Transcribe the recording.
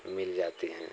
मिल जाती हैं